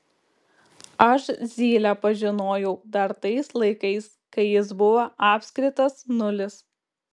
aš zylę pažinojau dar tais laikais kai jis buvo apskritas nulis